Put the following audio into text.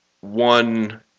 One